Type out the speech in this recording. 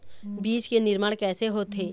बीज के निर्माण कैसे होथे?